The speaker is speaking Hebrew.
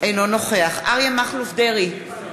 אינו נוכח אריה מכלוף דרעי,